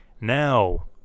now